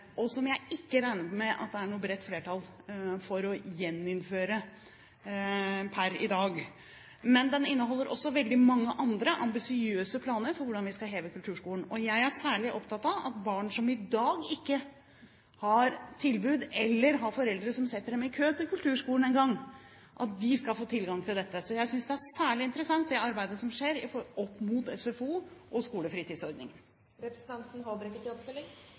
jeg ikke regner med at det er noe bredt flertall for å gjeninnføre per i dag. Men rapporten inneholder også mange andre ambisiøse planer for hvordan vi skal heve kulturskolen. Jeg er særlig opptatt av at barn som i dag ikke har tilbud, eller som ikke engang har foreldre som setter dem i kø til kulturskolen, skal få tilgang til dette. Så jeg synes det arbeidet som skjer opp mot SFO og skolefritidsordningen, er særlig interessant. Jeg forventet ingen budsjettlekkasje her vi står i